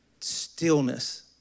stillness